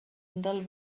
del